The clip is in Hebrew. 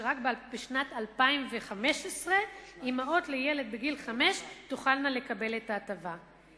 שרק בשנת 2015 אמהות לילד בגיל חמש תוכלנה לקבל את ההטבה.